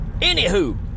Anywho